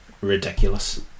ridiculous